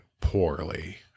poorly